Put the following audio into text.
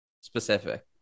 specific